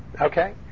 Okay